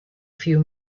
few